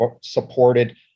supported